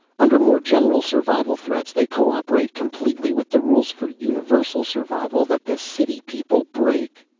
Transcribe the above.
under more general survival threats they co-operate completely with the rules for universal survival that the city people break.